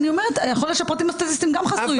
אולי הפרטים הסטטיסטיים גם חסויים.